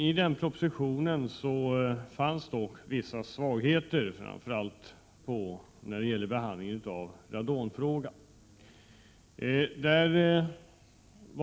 I den fanns dock vissa svagheter, framför allt när det gäller behandlingen av radonfrågan.